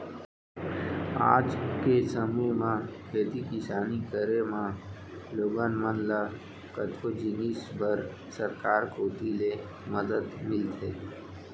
आज के समे म खेती किसानी करे म लोगन मन ल कतको जिनिस बर सरकार कोती ले मदद मिलथे